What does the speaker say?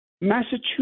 Massachusetts